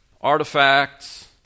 artifacts